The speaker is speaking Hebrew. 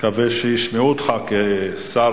אני מקווה שישמעו אותך,